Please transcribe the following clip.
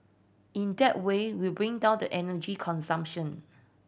in that way we bring down the energy consumption